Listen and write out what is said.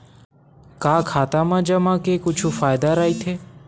का खाता मा जमा के कुछु फ़ायदा राइथे?